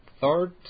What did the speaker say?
third